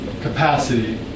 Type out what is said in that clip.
capacity